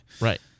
Right